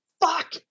fuck